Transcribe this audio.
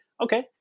okay